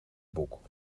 boek